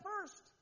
first